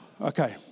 Okay